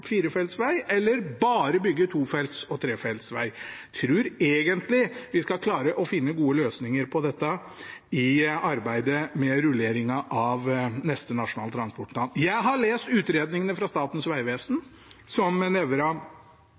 eller bare to- og trefeltsveg. Jeg tror egentlig vi skal klare å finne gode løsninger på dette i arbeidet med rulleringen av neste Nasjonal transportplan. Jeg har lest utredningene fra Statens vegvesen som Arne Nævra